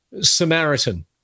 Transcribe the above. Samaritan